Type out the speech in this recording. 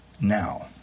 now